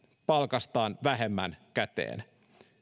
palkastaan vähemmän käteen